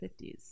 50s